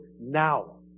now